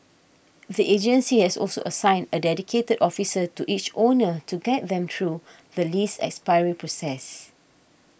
the agency has also assigned a dedicated officer to each owner to guide them through the lease expiry process